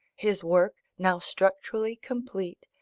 his work now structurally complete,